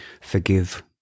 Forgive